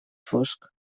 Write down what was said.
fosc